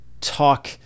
talk